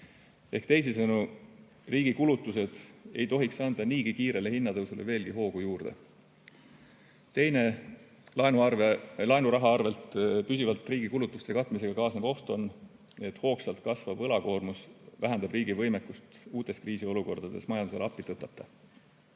Ehk teisisõnu, riigi kulutused ei tohiks anda niigi kiirele hinnatõusule veelgi hoogu juurde. Teine, laenuraha arvel püsivalt riigi kulutuste katmisega kaasnev oht on, et hoogsalt kasvav võlakoormus vähendab riigi võimekust uutes kriisiolukordades majandusele appi tõtata. On